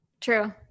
True